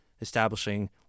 establishing